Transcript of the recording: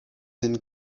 and